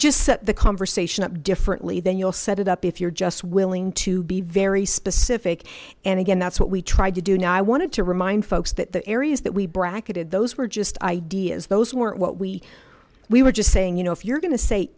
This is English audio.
just set the conversation up differently then you'll set it up if you're just willing to be very specific and again that's what we tried to do now i wanted to remind folks that the areas that we bracketed those were just ideas those weren't what we we were just saying you know if you're going to say